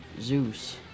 Zeus